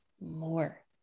more